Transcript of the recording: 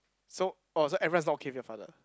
so orh so everyone is not okay with your father